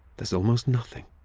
there's almost nothing.